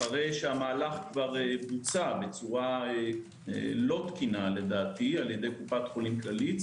אחרי שהמהלך כבר בוצע בצורה לא תקינה לדעתי על-ידי קופת חולים כללית,